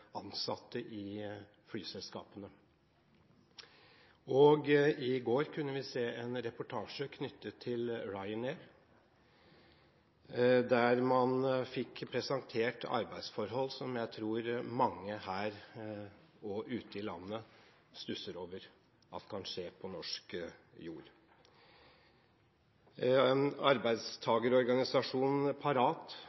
ansatte i flyselskapene. I går kunne vi se en reportasje knyttet til Ryanair. Der fikk man presentert arbeidsforhold som jeg tror mange her og ute i landet stusser over at kan skje på norsk jord.